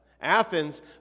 Athens